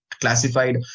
classified